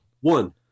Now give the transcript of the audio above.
one